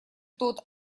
тот